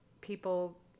people